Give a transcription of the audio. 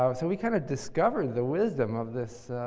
so, so we kind of discovered the wisdom of this